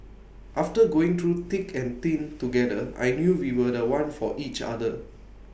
after going through thick and thin together I knew we were The One for each other